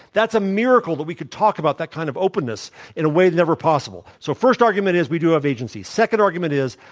that's a miracle that we could talk about that kind of openness in a way never possible. so, first argument is, we do have agency. second argument is,